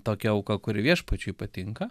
tokia auka kuri viešpačiui patinka